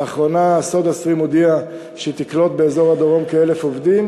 לאחרונה "סודה סטרים" הודיע שהוא יקלוט באזור הדרום כ-1,000 עובדים,